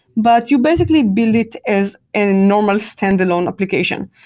but you basically build it as a normal standalone application.